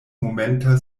momenta